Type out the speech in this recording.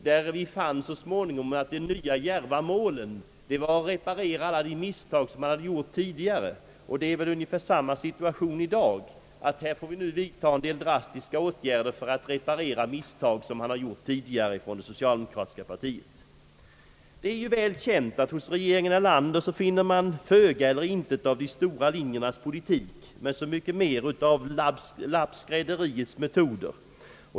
Där fann vi så småningom att de nya djärva målen var att reparera alla de misstag som man hade gjort tidigare. Det är ungefär samma situation i dag, att vi nu får vidta drastiska åtgärder för att reparera misstag som det socialdemokratiska partiet gjort tidigare. Det är ju väl känt att man hos regeringen Erlander finner föga eller intet av de stora linjernas politik, men så mycket mer av lappskrädderiets metoder.